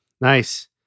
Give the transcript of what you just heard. Nice